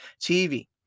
TV